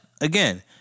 again